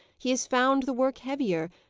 he has found the work heavier,